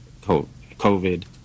COVID